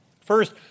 First